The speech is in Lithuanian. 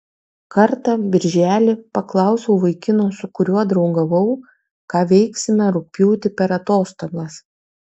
kartą birželį paklausiau vaikino su kuriuo draugavau ką veiksime rugpjūtį per atostogas